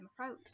approach